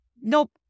Nope